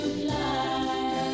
fly